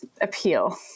appeal